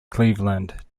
cleveland